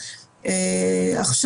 מפאת